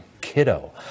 kiddo